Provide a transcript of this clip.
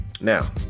Now